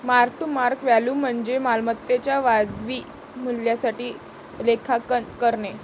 mark to market value म्हणजे मालमत्तेच्या वाजवी मूल्यासाठी लेखांकन करणे